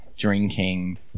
drinking